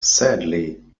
sadly